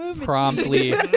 promptly